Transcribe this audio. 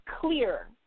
clear